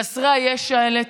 חסרי הישע האלה,